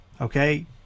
Okay